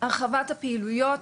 הרחבת הפעילויות,